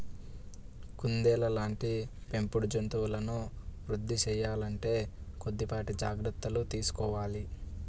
కుందేళ్ళ లాంటి పెంపుడు జంతువులను వృద్ధి సేయాలంటే కొద్దిపాటి జాగర్తలు తీసుకోవాలి